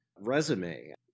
resume